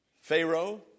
Pharaoh